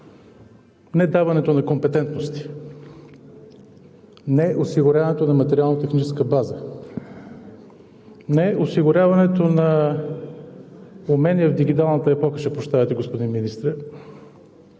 не даването на компетентности, не осигуряването на материално-техническа база, не осигуряването на промени в дигиталната епоха – ще прощавате, господин Министър,